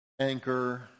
anchor